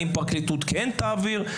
האם פרקליטות כן תעביר,